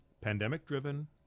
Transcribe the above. pandemic-driven